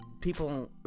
people